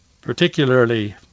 particularly